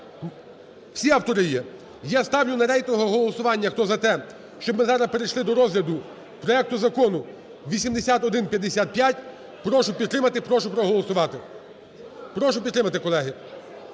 Всі автори є? Я ставлю на рейтингове голосування. Хто за те, щоб ми зараз перейшли до розгляду проекту Закону 8155, прошу підтримати, прошу проголосувати. Прошу підтримати, колеги.